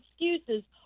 excuses